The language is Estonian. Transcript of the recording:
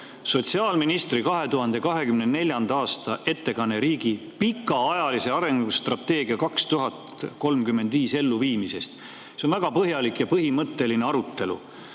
sotsiaalkaitseministri 2024. aasta ettekanne riigi pikaajalise arengustrateegia "Eesti 2035" elluviimisest. See on väga põhjalik ja põhimõtteline arutelu.